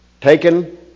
taken